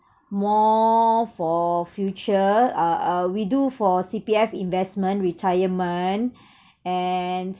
more for future uh uh we do for C_P_F investment retirement and